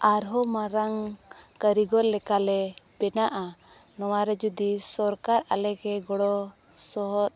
ᱟᱨᱦᱚᱸ ᱢᱟᱨᱟᱝ ᱠᱟᱹᱨᱤᱜᱚᱞ ᱞᱮᱠᱟᱞᱮ ᱵᱮᱱᱟᱜᱼᱟ ᱱᱚᱣᱟᱨᱮ ᱡᱩᱫᱤ ᱥᱚᱨᱠᱟᱨ ᱟᱞᱮᱜᱮ ᱜᱚᱲᱚ ᱥᱚᱦᱚᱫ